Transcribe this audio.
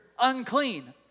unclean